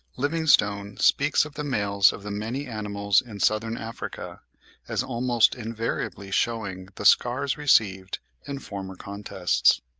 livingstone speaks of the males of the many animals in southern africa as almost invariably shewing the scars received in former contests.